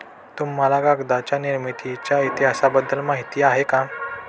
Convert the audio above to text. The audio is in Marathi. तुम्हाला कागदाच्या निर्मितीच्या इतिहासाबद्दल माहिती आहे का?